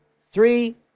three